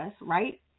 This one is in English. right